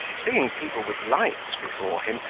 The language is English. seeing people with lights before him,